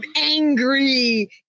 angry